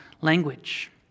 language